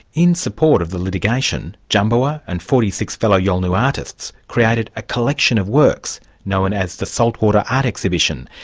in support of the litigation, djambawa and forty six fellow yolngu artists created a collection of works known as the saltwater art exhibition.